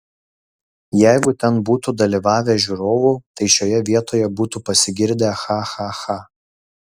jeigu ten būtų dalyvavę žiūrovų tai šioje vietoje būtų pasigirdę cha cha cha